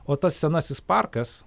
o tas senasis parkas